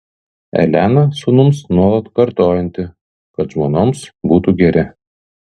elena sūnums nuolat kartojanti kad žmonoms būtų geri